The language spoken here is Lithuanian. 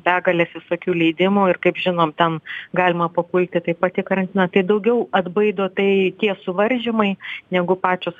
begalės visokių leidimų ir kaip žinom ten galima papulti taip pat į karantiną tai daugiau atbaido tai tie suvaržymai negu pačios